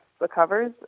recovers